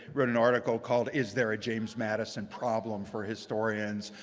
wrote an article called is there a james madison problem for historians?